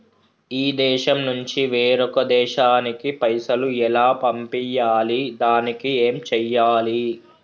ఈ దేశం నుంచి వేరొక దేశానికి పైసలు ఎలా పంపియ్యాలి? దానికి ఏం చేయాలి?